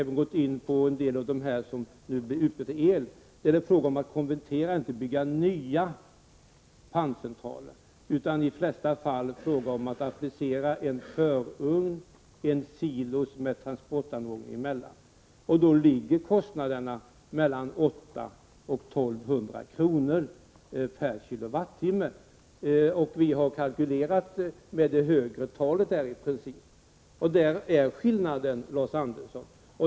Det har även gällt el, varvid det har varit fråga om att konvertera och inte om att bygga nya panncentraler. Vid de flesta fallen har det gällt att applicera en förugn, en silo med transportanordning emellan. Och då ligger kostnaden vid 800-1 200 kr. per kilowattimme. Vi har i princip kalkylerat med det högre beloppet. Däri ligger skillnaden, Lars Andersson!